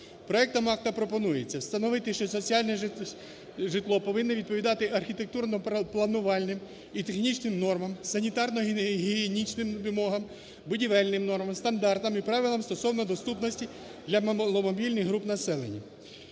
Проектом акту пропонується встановити, що соціальне житло повинно відповідати архітектурно-планувальним і технічним нормам, санітарно-гігієнічним вимогам, будівельним нормам, стандартам і правилам стосовно доступності для маломобільних груп населення.